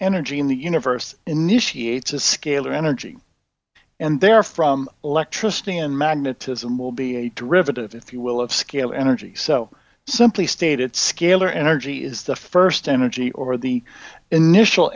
energy in the universe initiate a scalar energy and they are from electricity and magnetism will be a derivative if you will of scale energy so simply stated scalar energy is the first energy or the initial